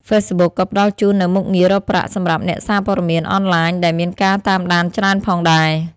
Facebook ក៏ផ្តល់ជូននូវមុខងាររកប្រាក់សម្រាប់អ្នកសារព័ត៌មានអនឡាញដែលមានការតាមដានច្រើនផងដែរ។